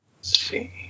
see